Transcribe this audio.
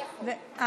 לא.